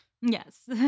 Yes